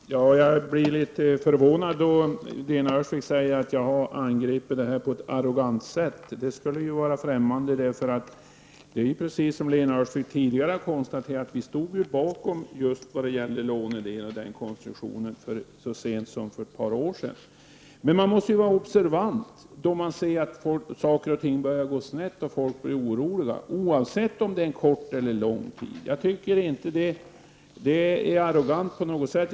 Fru talman! Jag blir något förvånad när Lena Öhrsvik säger att jag har angripit detta på ett arrogant sätt. Det vore främmande för mig. Precis som Lena Öhrsvik tidigare har konstaterat stod vi bakom lånedelen och konstruktionen av denna så sent som för ett par år sedan. Men man måste vara observant då man ser att saker och ting börjar gå snett och folk blir oroliga, oavsett om det rör sig om en kort eller lång tid. Jag tycker inte att jag är arrogant på något sätt.